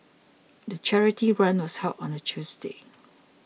the charity run was held on a Tuesday